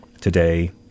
today